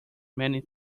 many